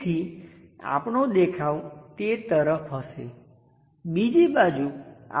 તેથી આપણો દેખાવ તે તરફ હશે બીજી બાજુ આપણી પાસે આ હશે